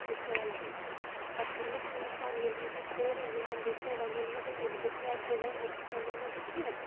یہِ سیلری پَتہٕ کٔر مےٚ کٲم پانہٕ ییٚلہِ مےٚ یہِ کوٚر یِمن دوٚپ مےٚ وۄنۍ یِمہٕ نہٕ بہٕ کِہینۍ دِیُت مےٚ اَتہِ رِزایِن مےٚ دوٚپُکھ وۄنۍ یِمہٕ نہٕ بہٕ کیٚنہہ